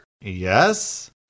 Yes